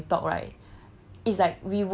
because like a lot of times when we talk right